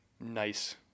nice